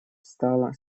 стала